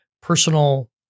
personal